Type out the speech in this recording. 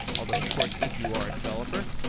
although of course if you are a developer,